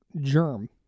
germ